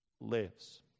lives